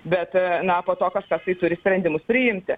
bet na po to kažkas tai turi sprendimus priimti